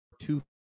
two